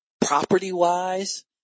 property-wise